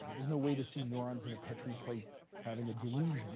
there's no way to see neurons in a petri plate having a delusion